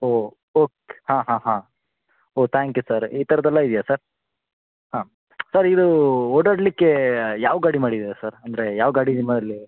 ಓಹ್ okay ಹಾಂ ಹಾಂ ಹಾಂ ಓಹ್ ತ್ಯಾಂಕ್ ಯು ಸರ್ ಈ ಥರದ್ದೆಲ್ಲ ಇದೆಯಾ ಸರ್ ಹಾಂ ಸರ್ ಇದು ಓಡಾಡ್ಲಿಕ್ಕೆ ಯಾವ ಗಾಡಿ ಮಾಡಿದ್ದೀರ ಸರ್ ಅಂದರೆ ಯಾವ ಗಾಡಿ ನಿಮ್ಮಲ್ಲಿ